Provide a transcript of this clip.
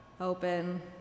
open